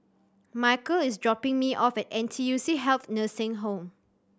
Micheal is dropping me off at N T U C Health Nursing Home